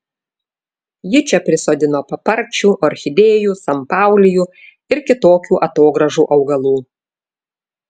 ji čia prisodino paparčių orchidėjų sanpaulijų ir kitokių atogrąžų augalų